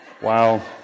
Wow